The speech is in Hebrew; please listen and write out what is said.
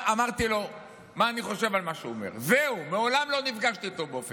הוא דיבר איתך בזמן